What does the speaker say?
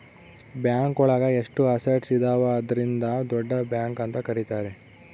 bank ಒಳಗ ಎಷ್ಟು assets ಇದಾವ ಅದ್ರಿಂದ ದೊಡ್ಡ ಬ್ಯಾಂಕ್ ಅಂತ ಕರೀತಾರೆ